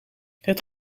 het